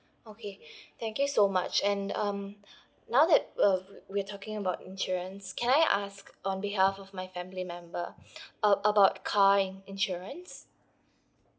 okay thank you so much and um now that uh we're talking about insurance can I ask on behalf of my family member uh about car in~ insurance